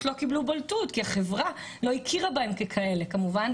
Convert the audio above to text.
לא קיבלו בולטות כי החברה לא הכירה בהן ככאלה כמובן,